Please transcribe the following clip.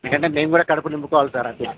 ఎందుకంటే మేము కూడా కడుపు నింపుకోవాలి సార్ అట్లా